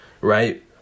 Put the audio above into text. right